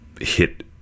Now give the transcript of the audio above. hit